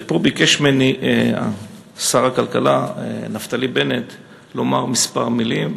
ופה ביקש ממני שר הכלכלה נפתלי בנט לומר כמה מילים,